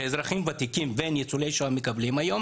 כל המכתבים שהאזרחים הוותיקים וניצולי השואה מקבלים היום